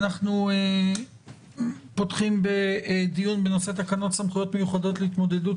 אנחנו פותחים דיון בנושא תקנות סמכויות מיוחדות להתמודדות